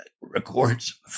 records